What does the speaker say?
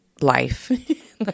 life